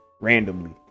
randomly